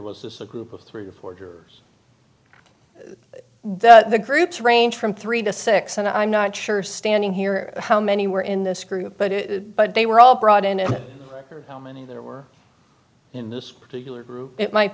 this a group of three or four years that the groups range from three to six and i'm not sure standing here how many were in this group but it but they were all brought in and how many there were in this particular group it might